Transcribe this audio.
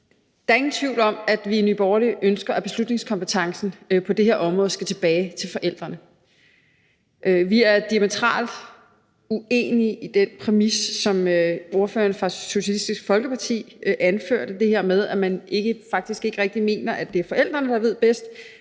Der er ingen tvivl om, at vi i Nye Borgerlige ønsker, at beslutningskompetencen på det her område skal tilbage til forældrene. Vi er diametralt uenige i den præmis, som ordføreren fra Socialistisk Folkeparti anførte, nemlig det her med, at man faktisk ikke rigtig mener, at det er forældrene, der ved bedst,